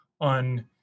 on